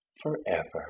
forever